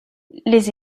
les